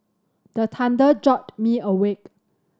the thunder jolt me awake